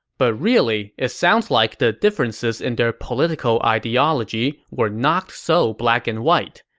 but really it sounds like the differences in their political ideology were not so black and white.